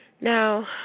now